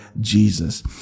Jesus